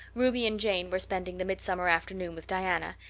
ruby and jane were spending the midsummer afternoon with diana,